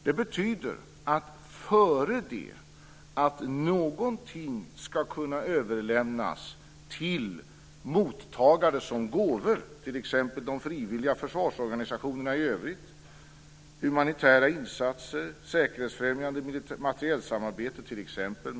Det betyder att innan någonting ska kunna överlämnas som gåvor till mottagare och därefter till försäljning i konkurrensupphandling, ska Försvarsmakten internt överväga att överlämna relevant materiel till hemvärnet.